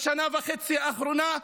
בשנה וחצי האחרונה,